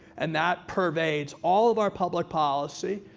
and that pervades all of our public policy,